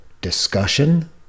Discussion